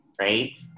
right